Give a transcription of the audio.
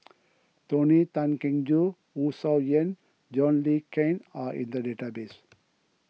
Tony Tan Keng Joo Wu Tsai Yen John Le Cain are in the database